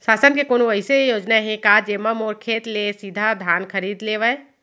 शासन के कोनो अइसे योजना हे का, जेमा मोर खेत ले सीधा धान खरीद लेवय?